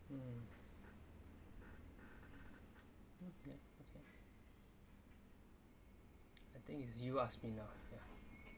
mm mm ya okay I think is you ask me now ya